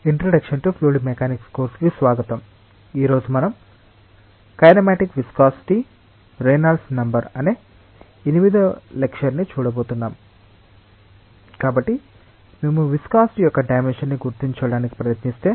μ τϴ M LL−2 T −2 T −1 M L−1 T −1 కాబట్టి మేము viscosity యొక్క డైమెన్షన్స్ ని గుర్తించడానికి ప్రయత్నిస్తే